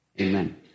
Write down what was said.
Amen